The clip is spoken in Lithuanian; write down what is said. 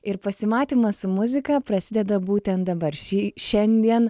ir pasimatymas su muzika prasideda būtent dabar šį šiandien